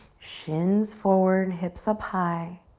shins forward, hips up high.